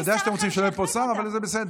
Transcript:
אני יודע שאתם רוצים שלא יהיה פה שר, אבל זה בסדר.